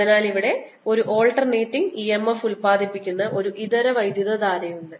അതിനാൽ ഇവിടെ ഒരു ആൾട്ടർനേറ്റിംഗ് EMF ഉൽപാദിപ്പിക്കുന്ന ഒരു ഇതര വൈദ്യുതധാരയുണ്ട്